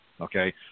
okay